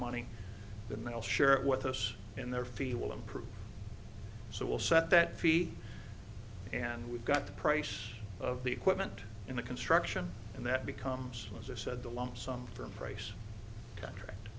money in the i'll share it with us in their fee will improve so we'll set that fee and we've got the price of the equipment in the construction and that becomes as i said the lump sum from price contract